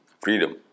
freedom